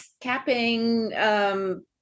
capping